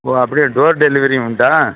ஓ அப்படியா டோர் டெலிவரியும் உண்டா